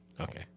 okay